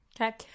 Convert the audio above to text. Okay